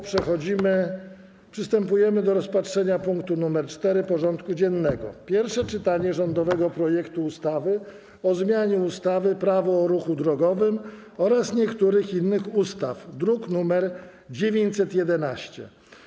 Przystępujemy do rozpatrzenia punktu 4. porządku dziennego: Pierwsze czytanie rządowego projektu ustawy o zmianie ustawy - Prawo o ruchu drogowym oraz niektórych innych ustaw (druk nr 911)